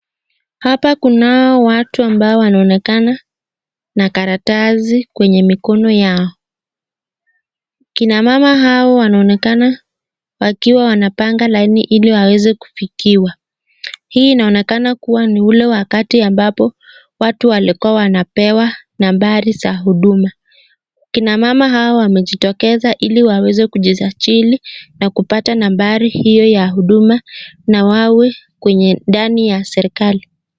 Hapa kunao watu ambao wanaonekana na karatasi kwenye mikono yao. Kina mama hao wanaonekana wakiwa wanapanga laini ili waweze kufikiwa. Hii inaonekana kuwa ni ule wakati ambapo watu walikuwa wanapewa nambari za huduma. Kina mama hao wamejitokeza ili waweze kujisajili na kupata nambari hiyo ya huduma na wawe kwenye ndani ya serikali.